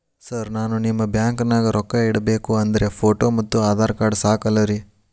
Sir ನಾನು ನಿಮ್ಮ ಬ್ಯಾಂಕನಾಗ ರೊಕ್ಕ ಇಡಬೇಕು ಅಂದ್ರೇ ಫೋಟೋ ಮತ್ತು ಆಧಾರ್ ಕಾರ್ಡ್ ಸಾಕ ಅಲ್ಲರೇ?